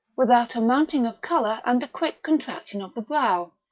without a mounting of colour and a quick contraction of the brow.